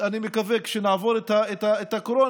אני מקווה שכשנעבור את הקורונה,